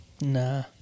Nah